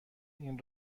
این